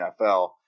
NFL